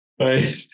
Right